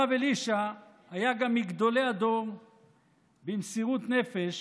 הרב אלישע היה גם מגדולי הדור במסירות נפש